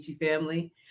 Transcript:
family